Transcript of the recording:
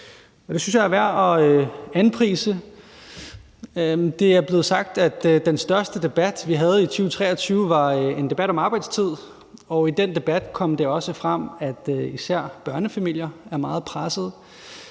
jeg er værd at anprise. Det er blevet sagt, at den største debat, vi havde i 2023, var en debat om arbejdstid, og i den debat kom det også frem, at især børnefamilierne er meget pressede,